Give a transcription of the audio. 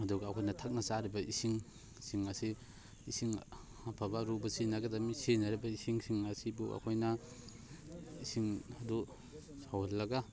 ꯑꯗꯨꯒ ꯑꯩꯈꯣꯏꯅ ꯊꯛꯅ ꯆꯥꯔꯤꯕ ꯏꯁꯤꯡ ꯁꯤꯡ ꯑꯁꯤ ꯏꯁꯤꯡ ꯑꯐꯕ ꯑꯔꯨꯕ ꯁꯤꯖꯤꯟꯅꯒꯗꯕꯅꯤ ꯁꯤꯖꯤꯟꯅꯔꯤꯕ ꯏꯁꯤꯡ ꯁꯤꯡ ꯑꯁꯤꯕꯨ ꯑꯩꯈꯣꯏꯅ ꯏꯁꯤꯡ ꯑꯗꯨ ꯁꯧꯍꯜꯂꯒ